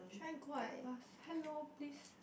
should I go out and ask hello please